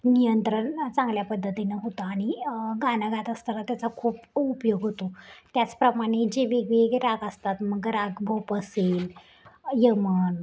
नियंत्रण चांगल्या पद्धतीनं होतं आणि गाणं गात असताना त्याचा खूप उपयोग होतो त्याचप्रमाणे जे वेगवेगळे राग असतात मग राग भूप असेल यमन